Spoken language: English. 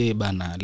bana